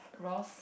Rozz